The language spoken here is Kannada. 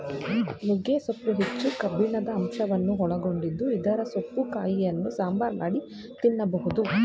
ನುಗ್ಗೆ ಸೊಪ್ಪು ಹೆಚ್ಚು ಕಬ್ಬಿಣದ ಅಂಶವನ್ನು ಒಳಗೊಂಡಿದ್ದು ಇದರ ಸೊಪ್ಪು ಕಾಯಿಯನ್ನು ಸಾಂಬಾರ್ ಮಾಡಿ ತಿನ್ನಬೋದು